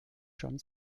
john